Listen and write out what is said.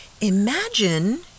Imagine